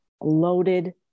Loaded